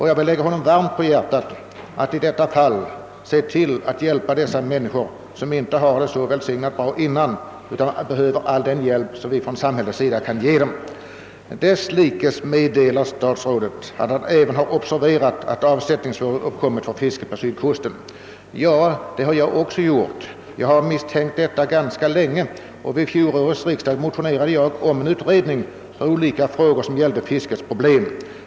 Jag vill lägga honom varmt om hjärtat att se till att dessa människor — som redan före förlusten av ålgarnen hade det ganska dåligt i ekonomiskt avseende — får all den hjälp som samhället har möjlighet att ge. Statsrådet meddelar även att han observerat att avsättningssvårigheter uppstått för fiskarna på sydkusten. Detta har även jag observerat. Jag har misstänkt det ganska länge och motionerade under fjolårets riksdag om en utredning beträffande frågor som gällde fiskets problem.